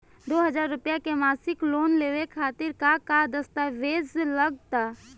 दो हज़ार रुपया के मासिक लोन लेवे खातिर का का दस्तावेजऽ लग त?